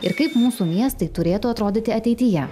ir kaip mūsų miestai turėtų atrodyti ateityje